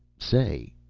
say,